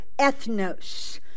ethnos